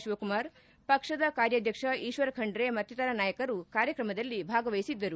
ಶಿವಕುಮಾರ್ ಪಕ್ಷದ ಕಾರ್ಯಾಧ್ಯಕ್ಷ ಈಶ್ವರ್ ಖಂಡ್ರ ಮತ್ತಿತರ ನಾಯಕರು ಕಾರ್ಯಕ್ರಮದಲ್ಲಿ ಭಾಗವಹಿಸಿದ್ದರು